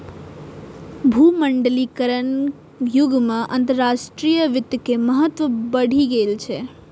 भूमंडलीकरणक युग मे अंतरराष्ट्रीय वित्त के महत्व बढ़ि गेल छै